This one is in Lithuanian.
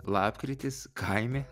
lapkritis kaime